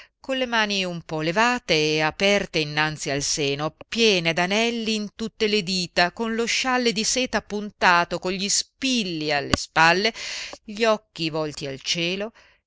con le mani un po levate e aperte innanzi al seno piene d'anelli in tutte le dita con lo scialle di seta appuntato con gli spilli alle spalle gli occhi volti al cielo